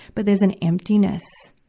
but there's an emptiness,